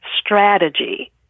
strategy